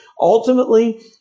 ultimately